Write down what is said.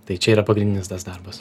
tai čia yra pagrindinis tas darbas